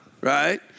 right